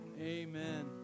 amen